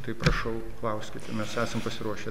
tai prašau klauskite mes esam pasiruošę